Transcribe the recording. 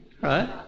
right